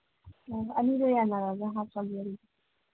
ꯑ ꯑꯅꯤꯗꯨ ꯌꯥꯟꯅꯔꯒ ꯍꯥꯞꯄꯒꯦ ꯑꯗꯨꯗꯤ